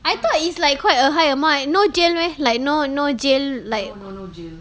I thought it's like quite a high amount and no jail meh like no no jail like